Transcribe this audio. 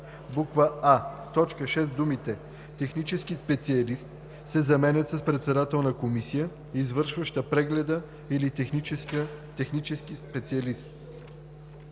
В ал. 9 думите „Технически специалист" се заменят с „Председател на комисия, извършваща прегледи или технически специалист“.